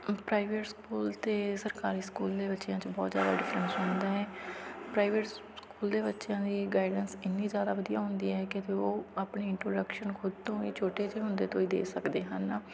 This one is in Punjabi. ਪ੍ਰਾਈਵੇਟ ਸਕੂਲ ਅਤੇ ਸਰਕਾਰੀ ਸਕੂਲ ਦੇ ਬੱਚਿਆਂ 'ਚ ਬਹੁਤ ਜ਼ਿਆਦਾ ਡਿਫਰੈਂਸ ਹੁੰਦਾ ਹੈ ਪ੍ਰਾਈਵੇਟ ਸਕੂਲ ਦੇ ਬੱਚਿਆਂ ਦੀ ਗਾਈਡੈਂਸ ਇੰਨੀ ਜ਼ਿਆਦਾ ਵਧੀਆ ਹੁੰਦੀ ਹੈ ਕਿ ਵੀ ਉਹ ਆਪਣੀ ਇੰਟਰੋਡਕਸ਼ਨ ਖੁਦ ਤੋਂ ਹੀ ਛੋਟੇ ਜਿਹੇ ਹੁੰਦੇ ਤੋਂ ਹੀ ਦੇ ਸਕਦੇ ਹਨ